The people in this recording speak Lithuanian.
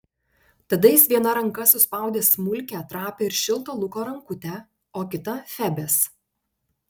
tada jis viena ranka suspaudė smulkią trapią ir šiltą luko rankutę o kita febės